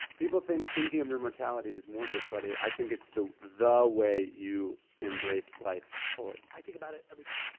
people think thinking of your mortality is morbid, but i think it's the the way you embrace life fully. i think about it every day.